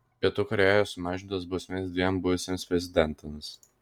pietų korėjoje sumažintos bausmės dviem buvusiems prezidentams